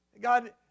God